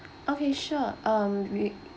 okay sure um we